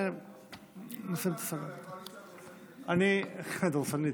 קואליציה דורסנית.